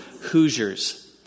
Hoosiers